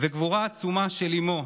וגבורה עצומה של אימו,